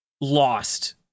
lost